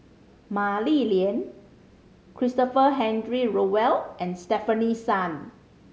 Mah Li Lian Christopher Henry Rothwell and Stefanie Sun